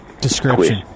Description